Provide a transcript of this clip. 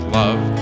love